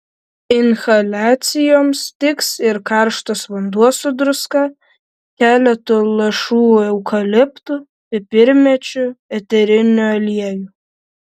inhaliacijoms tiks ir karštas vanduo su druska keletu lašų eukaliptų pipirmėčių eterinių aliejų